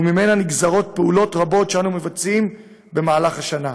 וממנה נגזרות פעולות רבות שאנו מבצעים במהלך השנה.